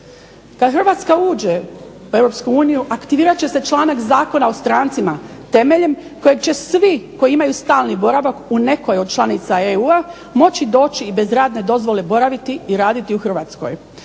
Kad Hrvatska uđe u Europsku uniju aktivirat će se članak Zakona o strancima temeljem kojeg će svi koji imaju stalni boravak u nekoj od članica EU-a moći doći i bez radne dozvole boraviti i raditi u Hrvatskoj.